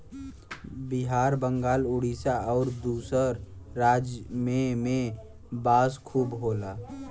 बिहार बंगाल उड़ीसा आउर दूसर राज में में बांस खूब होला